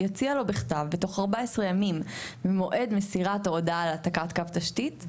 יציע לו בכתב בתוך 14 ימים ממועד מסירת ההועדה על העתקת קו התשתית,